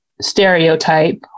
stereotype